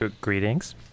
Greetings